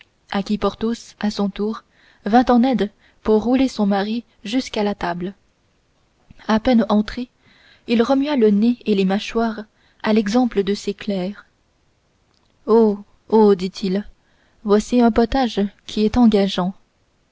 à qui porthos à son tour vint en aide pour rouler son mari jusqu'à la table à peine entré il remua le nez et les mâchoires à l'exemple de ses clercs oh oh dit-il voici un potage qui est engageant